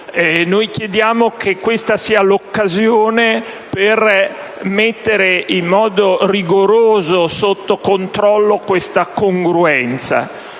Noi chiediamo che questa sia l'occasione per mettere in modo rigoroso sotto controllo tale incongruenza.